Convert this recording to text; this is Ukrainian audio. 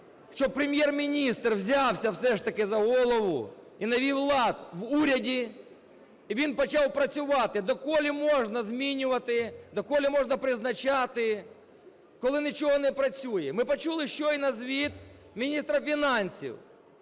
щоб Прем'єр-міністр взявся все ж таки за голову і навів лад в уряді, і він почав працювати. До коли можна змінювати, до коли можна призначати, коли нічого не працює? Ми почули щойно звіт міністра фінансів.